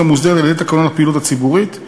מוסדרת על-ידי תקנון הפעילות הציבורית.